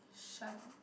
shut up